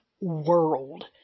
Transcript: world